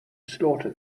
slaughter